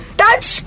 touch